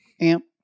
amp